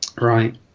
Right